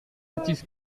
athis